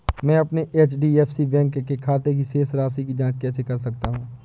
मैं अपने HDFC bank के खाते की शेष राशि की जाँच कैसे कर सकता हूँ?